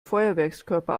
feuerwerkskörper